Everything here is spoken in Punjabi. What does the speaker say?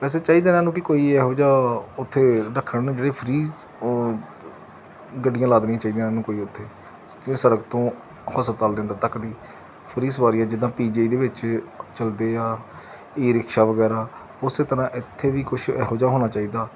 ਵੈਸੇ ਚਾਹੀਦਾ ਇਹਨਾਂ ਨੂੰ ਕਿ ਕੋਈ ਇਹੋ ਜਿਹਾ ਉੱਥੇ ਰੱਖਣ ਨੂੰ ਜਿਹੜੀ ਫਰੀ ਗੱਡੀਆਂ ਲਾ ਦੇਣੀਆਂ ਚਾਹੀਦੀਆਂ ਇਹਨਾਂ ਨੂੰ ਕੋਈ ਉੱਥੇ ਜੋ ਸੜਕ ਤੋਂ ਹਸਪਤਾਲ ਦੇ ਅੰਦਰ ਤੱਕ ਦੀ ਫਰੀ ਸਵਾਰੀ ਹੈ ਜਿੱਦਾਂ ਪੀ ਜੀ ਆਈ ਦੇ ਵਿੱਚ ਚਲਦੇ ਆ ਈ ਰਿਕਸ਼ਾ ਵਗੈਰਾ ਉਸੇ ਤਰ੍ਹਾਂ ਇੱਥੇ ਵੀ ਕੁਛ ਇਹੋ ਜਿਹਾ ਹੋਣਾ ਚਾਹੀਦਾ